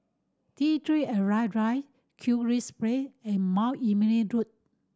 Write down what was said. T Three Arrival Drive and Mount Emily Road